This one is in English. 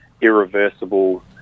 irreversible